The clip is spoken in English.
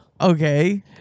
Okay